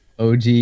OG